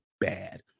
bad